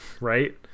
right